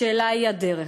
השאלה היא הדרך.